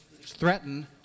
threaten